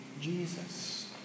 Jesus